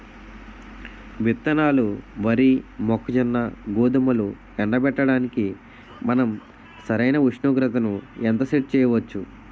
విత్తనాలు వరి, మొక్కజొన్న, గోధుమలు ఎండబెట్టడానికి మనం సరైన ఉష్ణోగ్రతను ఎంత సెట్ చేయవచ్చు?